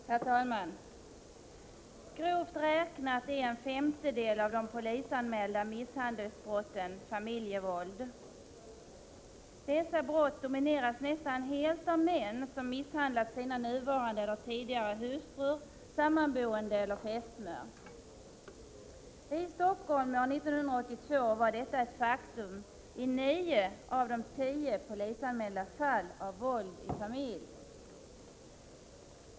Herr talman! Grovt räknat är en femtedel av de polisanmälda misshandelsbrotten familjevåld. Dessa brott domineras nästan helt av män som misshandlat sina nuvarande eller tidigare hustrur, sammanboende eller fästmör. I Stockholm år 1982 var detta ett faktum i 9 av 10 polisanmälda fall av våld i familj.